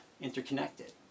interconnected